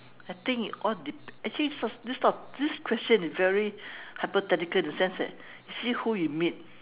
I think it all dep~ actually such this type of these question is very hypothetical in a sense that you see who you meet